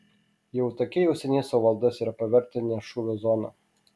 jautakiai jau seniai savo valdas yra pavertę ne šūvio zona